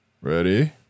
Ready